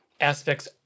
aspects